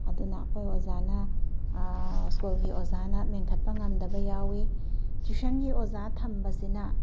ꯑꯗꯨꯅ ꯑꯩꯈꯣꯏ ꯑꯣꯖꯥꯅ ꯁ꯭ꯀꯨꯜꯒꯤ ꯑꯣꯖꯥꯅ ꯃꯦꯟꯈꯠꯄ ꯉꯝꯗꯕ ꯌꯥꯎꯏ ꯇ꯭ꯋꯤꯁꯟꯒꯤ ꯑꯣꯖꯥ ꯊꯝꯕꯁꯤꯅ